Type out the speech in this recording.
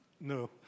No